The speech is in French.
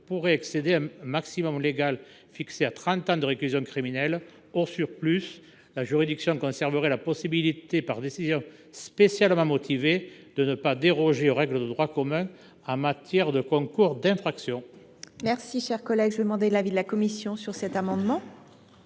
pourrait excéder un maximum légal fixé à trente ans de réclusion criminelle. Au surplus, la juridiction conserverait la possibilité, par décision spécialement motivée, de ne pas déroger aux règles de droit commun en matière de concours d’infraction. Quel est l’avis de la commission ? Cet amendement